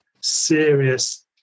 serious